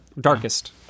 Darkest